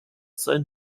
sein